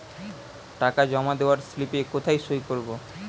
টাকা জমা দেওয়ার স্লিপে কোথায় সই করব?